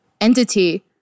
entity